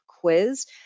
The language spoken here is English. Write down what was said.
quiz